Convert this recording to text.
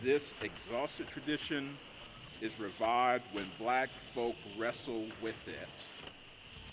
this exhausted tradition is revived when black folk wrestle with it